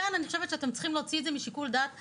אני חושבת שצריך להוציא את זה משיקול דעת מפקדים.